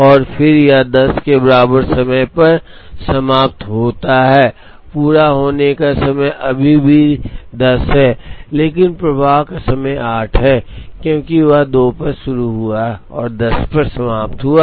और फिर यह 10 के बराबर समय पर समाप्त होता है पूरा होने का समय अभी भी 10 है लेकिन प्रवाह का समय 8 है क्योंकि यह 2 पर शुरू हुआ और 10 पर समाप्त हुआ